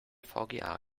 vga